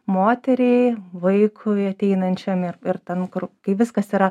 moteriai vaikui ateinančiam ir ir ten kur kai viskas yra